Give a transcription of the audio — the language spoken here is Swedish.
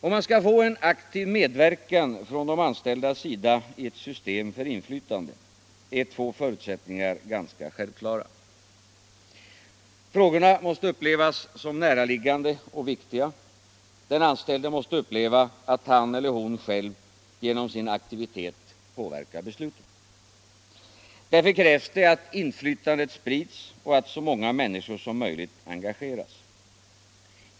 Om man skall få en aktiv medverkan från de anställdas sida i ett system för inflytande, är två förutsättningar ganska självklara: frågorna måste upplevas som näraliggande och viktiga, och den anställde måste uppleva att han eller hon själv genom sin aktivitet påverkar besluten. Därför krävs det att inflytandet sprids och att så många människor som möjligt engageras.